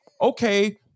Okay